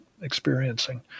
experiencing